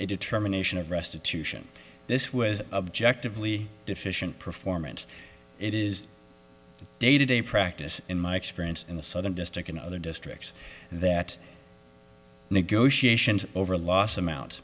a determination of restitution this was objectively deficient performance it is day to day practice in my experience in the southern district in other districts that negotiations over los